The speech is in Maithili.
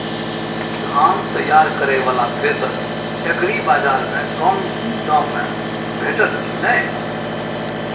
धान तैयार करय वाला थ्रेसर एग्रीबाजार में कम दाम में भेटत की नय?